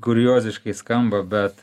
kurioziškai skamba bet